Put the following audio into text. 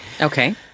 Okay